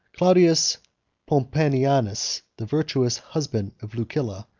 claudius pompeianus, the virtuous husband of lucilla,